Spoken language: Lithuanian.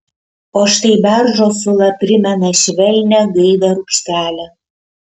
o štai beržo sula primena švelnią gaivią rūgštelę